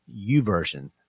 uversion